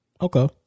Okay